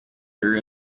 her